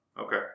okay